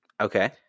Okay